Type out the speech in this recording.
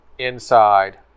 inside